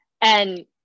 and-